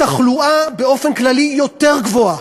התחלואה באופן כללי יותר גבוהה,